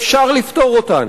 אפשר לפתור אותן.